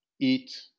eat